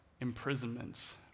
imprisonments